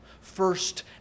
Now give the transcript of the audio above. First